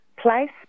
Place